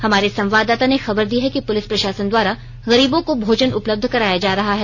हमारे संवाददाता ने खबर दी है कि पुलिस प्रषासन द्वारा गरीबों को भोजन उपलब्ध कराया जा रहा है